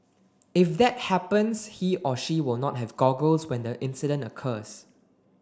if that happens he or she will not have goggles when the incident occurs